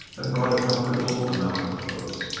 had brought a comfortable amount of clothes.